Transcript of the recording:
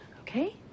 Okay